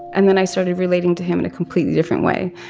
and then i started relating to him in a completely different way,